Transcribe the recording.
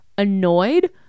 annoyed